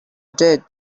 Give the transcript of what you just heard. did